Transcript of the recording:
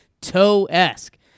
toe-esque